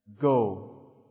Go